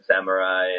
Samurai